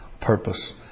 purpose